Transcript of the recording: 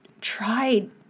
tried